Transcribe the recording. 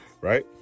Right